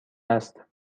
است